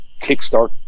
kickstart